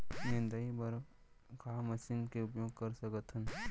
निंदाई बर का मशीन के उपयोग कर सकथन?